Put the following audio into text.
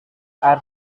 air